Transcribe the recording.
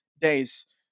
days